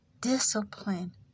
discipline